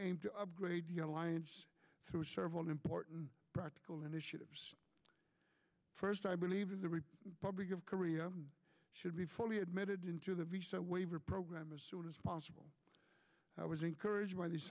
aim to upgrade the alliance through several important practical initiatives first i believe the real public of korea should be fully admitted into the waiver program as soon as possible i was encouraged by the